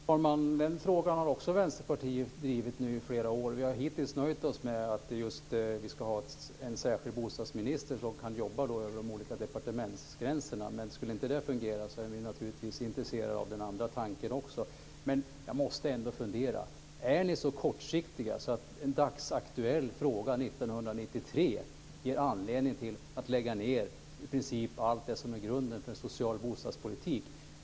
Fru talman! Den frågan har också Vänsterpartiet drivit i flera år. Vi har hittills nöjt oss med att vi ska ha en särskild bostadsminister som kan jobba över de olika departementsgränserna. Skulle inte det fungera är vi naturligtvis också intresserade av den andra tanken. Jag måste ändå fråga: Är ni så kortsiktiga att en dagsaktuell fråga 1993 ger anledning att lägga ned i princip allt som är grunden för social bostadspolitik?